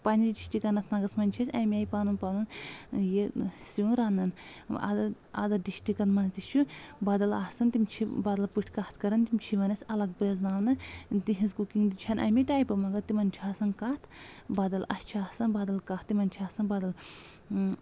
پننہِ ڈِشٹِک اَنَتناگَس منٛز چھِ أسۍ اَمہِ آیہِ پَنُن پَنُن یہِ سیُن رَنان اَدَر ڈِشٹِکَن منٛز تہِ چھُ بدل آسان تِم چھِ بَدل پٲٹھۍ کَتھ کَرَان تِم چھِ یِوان اَسہِ الگ پرٛزناونہٕ تِہنٛز کُکِنٛگ تہِ چھَنہٕ اَمے ٹایپہٕ مگر تِمَن چھُ آسان کتھ بدل اَسہِ چھُ آسان بدل کتھ تِمن چھِ آسان بدل